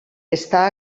està